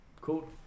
Cool